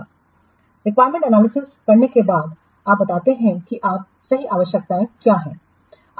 After analyzing the requirement analysis करने के बाद आप बताते हैं कि आपकी सही आवश्यकताएं क्या हैं